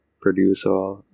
producer